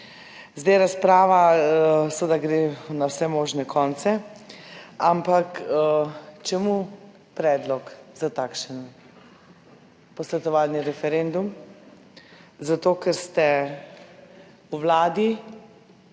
Zdaj razprava seveda gre na vse možne konce, ampak, če mu predlog za takšen posvetovalni referendum? Zato, ker ste v Vladi